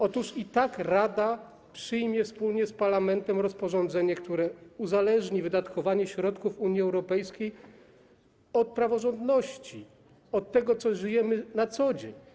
Otóż i tak Rada przyjmie wspólnie z Parlamentem rozporządzenie, które uzależni wydatkowanie środków Unii Europejskiej od praworządności, od tego, czym żyjemy na co dzień.